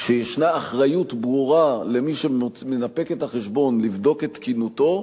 שישנה אחריות ברורה של מי שמנפק את החשבון לבדוק את תקינותו,